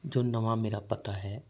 ਜੋ ਨਵਾਂ ਮੇਰਾ ਪਤਾ ਹੈ